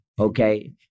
Okay